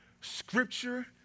Scripture